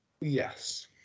Yes